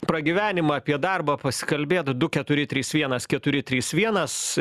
pragyvenimą apie darbą pasikalbėt du keturi trys vienas keturi trys vienas